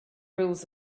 rules